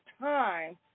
time